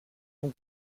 vont